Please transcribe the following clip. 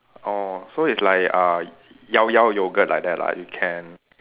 orh so it's like uh Llaollao yogurt like that lah you can